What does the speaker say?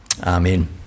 Amen